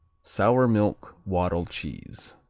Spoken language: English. sour milk waddle cheese.